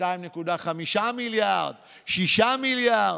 2.5 מיליארד, 6 מיליארד.